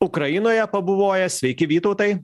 ukrainoje pabuvojęs sveiki vytautai